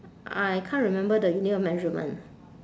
I can't remember the unit of measurement